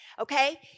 okay